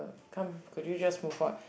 the come could you just move forward